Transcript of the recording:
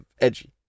Edgy